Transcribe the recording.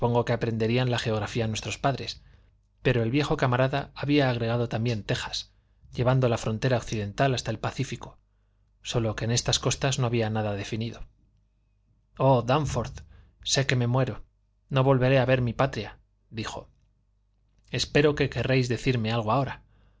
que aprenderían la geografía nuestros padres pero el viejo camarada había agregado también tejas llevando la frontera occidental hasta el pacífico sólo que en estas costas no había nada definido oh dánforth sé que me muero no volveré a ver mi patria dijo espero que querréis decirme algo ahora